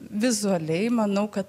vizualiai manau kad